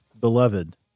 beloved